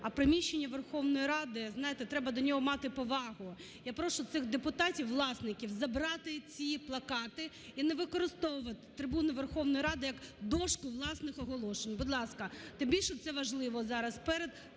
а приміщення Верховної Ради, знаєте, треба до нього мати повагу. Я прошу цих депутатів, власників, забрати ці плакати і не використовувати трибуну Верховної Ради як дошку власних оголошень. Будь ласка, тим більше це важливо зараз перед